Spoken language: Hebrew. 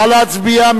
נא להצביע.